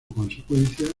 consecuencia